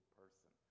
person